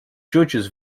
judges